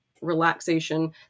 relaxation